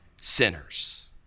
sinners